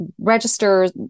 registers